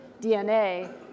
DNA